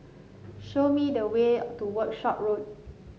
show me the way to Workshop Road